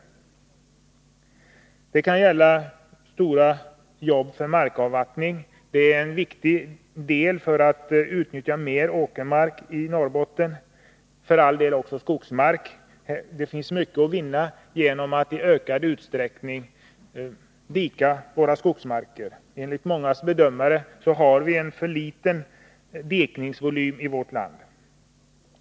Det kan gälla markavvattning, som är viktig för att man skall kunna utnyttja mer åkermark i Norrbotten. Det finns mycket att vinna genom att i ökad utsträckning dika i skogsmarker. Enligt många bedömare har vi för liten dikningsvolym i vårt land.